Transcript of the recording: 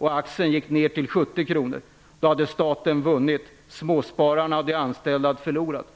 vilka sedan gick ner till 70 kronor. Då hade staten vunnit. Småspararna och de anställda hade förlorat.